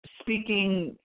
speaking